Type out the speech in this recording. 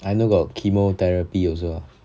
I know got chemotherapy also ah